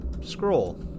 scroll